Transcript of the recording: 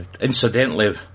incidentally